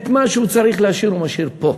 את מה שהוא צריך להשאיר הוא משאיר פה.